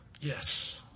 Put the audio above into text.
Yes